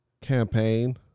Campaign